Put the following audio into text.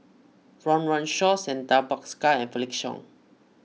Run Run Shaw Santha Bhaskar and Felix Cheong